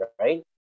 right